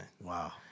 Wow